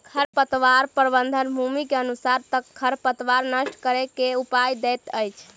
खरपतवार प्रबंधन, भूमि के अनुसारे खरपतवार नष्ट करै के उपाय दैत अछि